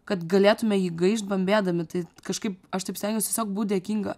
kad galėtume jį gaišt bambėdami tai kažkaip aš taip stengiuos tiesiog būt dėkinga